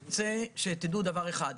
אני רוצה שתדעו דבר אחד: